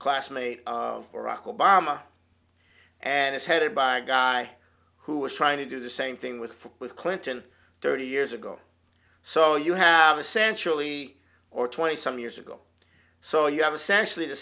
classmate of iraq obama and it's headed by a guy who was trying to do the same thing with with clinton thirty years ago so you have essentially or twenty some years ago so you have essentially the